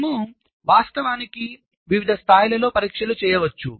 మనము వాస్తవానికి వివిధ స్థాయిలలో పరీక్షలు చేయవచ్చు